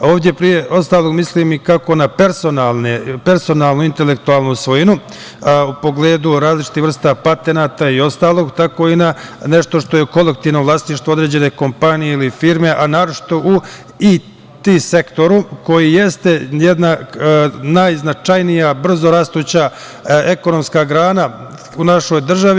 Ovde, pre svega, mislim kako na personalnu intelektualnu svojinu, u pogledu različitih vrsta patenata i ostalo, tako i na nešto što je kolektivno vlasništvo određene kompanije ili firme, a naročito u IT sektoru, koji jeste jedna najznačajnija brzorastuća ekonomska grana u našoj državi.